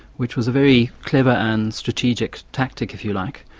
which was a very clever and strategic tactic, if you like,